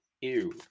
Ew